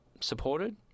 supported